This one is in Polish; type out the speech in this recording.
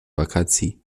wakacji